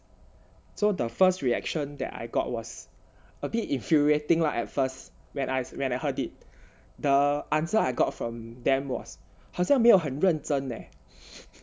so the first reaction that I got was a bit infuriating lah at first when I when I heard it the answer I got from them was 好像没有很认真 leh